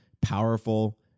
powerful